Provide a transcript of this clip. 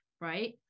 right